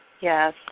Yes